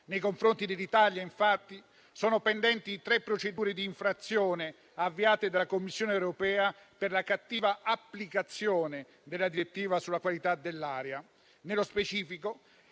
Nei confronti dell'Italia, infatti, sono pendenti tre procedure d'infrazione avviate dalla Commissione europea per la cattiva applicazione della direttiva sulla qualità dell'aria. Nello specifico,